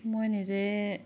মই নিজে